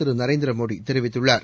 திருநரேந்திரமோடிதெரிவித்துள்ளார்